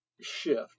shift